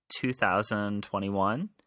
2021